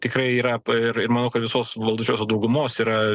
tikrai yra ir manau kad visos valdančiosios daugumos yra